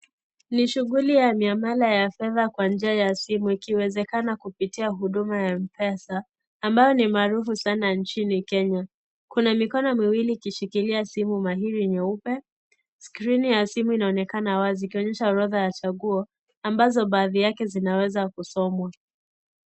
Ni shughuli ya miamala ya fedha kwa njia ya simu ikiwezekana kupitia huduma ya M-Pesa ambayo ni maarufu sana nchini Kenya. Kuna mikono miwili ikishikilia simu mahiri nyeupe. Skrini ya simu inaonekana wazi, ikionyesha orodha ya chaguo ambazo baadhi yake zinaweza kusomwa.